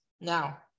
now